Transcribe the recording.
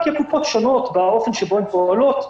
כי הקופות שונות באופן שבו הן פועלות.